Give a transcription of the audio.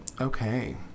okay